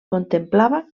contemplava